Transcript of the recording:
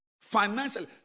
financially